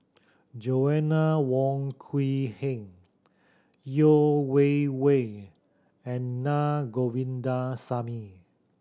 Joanna Wong Quee Heng Yeo Wei Wei and Na Govindasamy